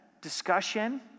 discussion